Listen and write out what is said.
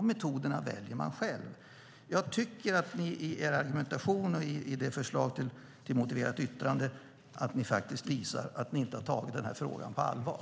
Metoderna väljer man själv. Jag tycker att ni i er argumentation och i ert förslag till motiverat yttrande visar att ni inte har tagit den här frågan på allvar.